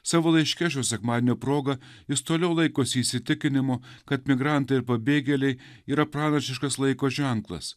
savo laiške šio sekmadienio proga jis toliau laikosi įsitikinimo kad migrantai ir pabėgėliai yra pranašiškas laiko ženklas